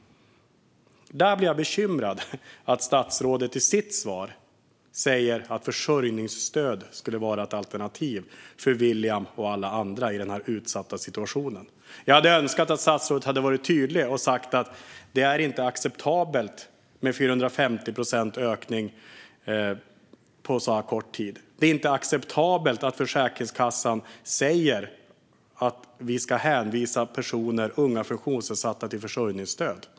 Då blir jag bekymrad när statsrådet i sitt svar säger att försörjningsstöd skulle vara ett alternativ för William och alla andra i denna utsatta situation. Jag hade önskat att statsrådet hade varit tydlig och sagt att det inte är acceptabelt med 450 procents ökning på så här kort tid. Det är inte acceptabelt att Försäkringskassan säger att vi ska hänvisa unga funktionsnedsatta personer till försörjningsstöd.